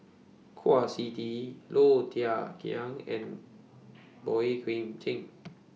Kwa Siew Tee Low Thia Khiang and Boey Kim Cheng